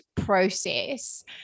process